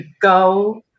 go